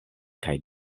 kaj